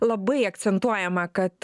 labai akcentuojama kad